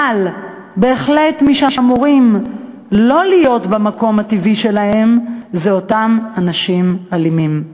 אבל בהחלט מי שאמורים לא להיות במקום הטבעי שלהם הם אותם אנשים אלימים,